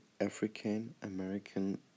African-American